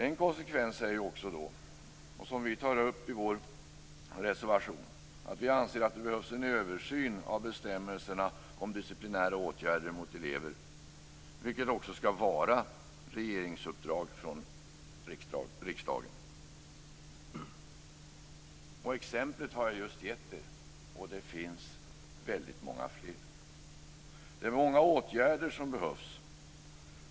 En konsekvens som vi tar upp i vår reservation är att vi anser att det behövs en översyn av bestämmelserna om disciplinära åtgärder mot elever, vilket också skall vara ett regeringsuppdrag från riksdagen. Ett exempel har jag just gett er, och det finns väldigt många fler. Det är många åtgärder som behövs.